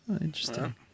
Interesting